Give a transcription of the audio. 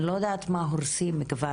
אני לא יודעת מה כבר הורסים באל-עראקיב,